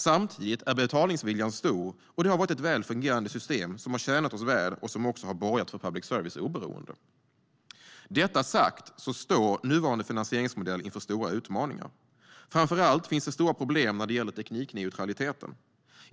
Samtidigt är betalningsviljan stor, och det har varit ett väl fungerande system som har tjänat oss väl och som också har borgat för public services oberoende. Med detta sagt står nuvarande finansieringsmodell inför stora utmaningar. Framför allt finns det stora problem när det gäller teknikneutraliteten.